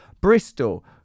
Bristol